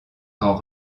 temps